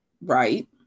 Right